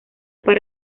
para